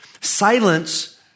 Silence